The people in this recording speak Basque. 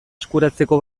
eskuratzeko